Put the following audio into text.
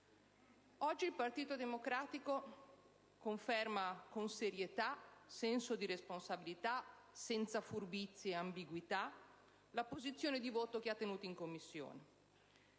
Oggi il Partito Democratico conferma con serietà, senso di responsabilità e senza furbizia e ambiguità la posizione di voto che ha espresso in Commissione,